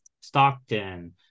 Stockton